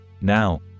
now